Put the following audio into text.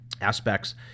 aspects